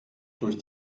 durch